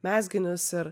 mezginius ir